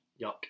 Yuck